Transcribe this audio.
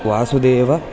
Vasudev